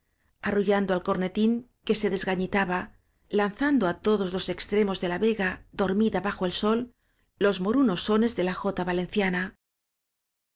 arrullando al cornetín que se desgañitaba lanzando á todos los extremos de la vega dor mida bajo el sol los morunos sones de la jota valenciana